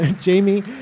Jamie